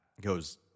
goes